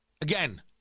Again